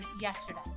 yesterday